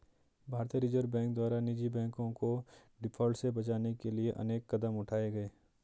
भारतीय reserve bank द्वारा निजी बैंकों को डिफॉल्ट से बचाने के लिए अनेक कदम उठाए गए